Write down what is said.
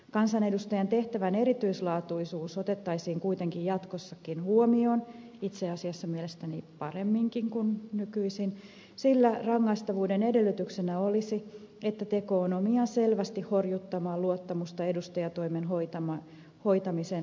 kansanedustajan tehtävän erityislaatuisuus otettaisiin kuitenkin jatkossakin huomioon itse asiassa mielestäni paremminkin kuin nykyisin sillä rangaistavuuden edellytyksenä olisi että teko on omiaan selvästi horjuttamaan luottamusta edustajantoimen hoitamisen riippumattomuuteen